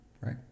right